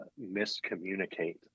miscommunicate